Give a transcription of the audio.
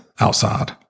outside